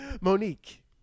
Monique